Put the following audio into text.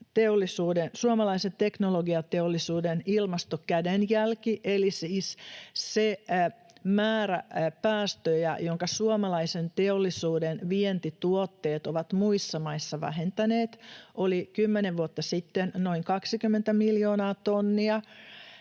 suomalaisen teknologiateollisuuden ilmastokädenjälki — eli siis se määrä päästöjä, jonka suomalaisen teollisuuden vientituotteet ovat muissa maissa vähentäneet — oli kymmenen vuotta sitten noin 20 miljoonaa tonnia